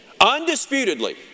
Undisputedly